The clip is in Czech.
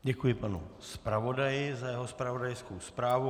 Děkuji panu zpravodaji za jeho zpravodajskou zprávu.